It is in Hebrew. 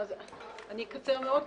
אני אקצר מאוד,